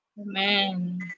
Amen